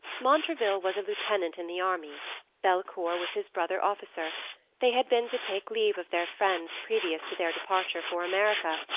montraville was a lieutenant in the army belcour was his brother officer they had been to take leave of their friends previous to their departure for america,